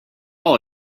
all